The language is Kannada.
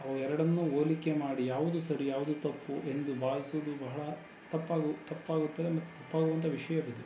ಅವು ಎರಡನ್ನೂ ಹೋಲಿಕೆ ಮಾಡಿ ಯಾವುದು ಸರಿ ಯಾವುದು ತಪ್ಪು ಎಂದು ಭಾವಿಸುವುದು ಬಹಳ ತಪ್ಪಾಗು ತಪ್ಪಾಗುತ್ತದೆ ಮತ್ತು ತಪ್ಪಾಗುವಂಥ ವಿಷಯವಿದು